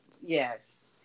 yes